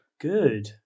Good